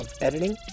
editing